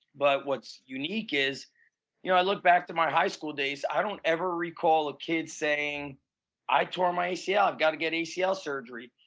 but what's unique is you know i look back to my high-school days. i don't ever recall a kid saying i tore my acl, i've got to get acl surgery.